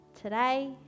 today